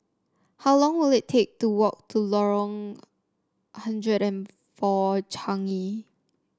how long will it take to walk to Lorong hundred and four Changi